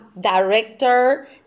director